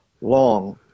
long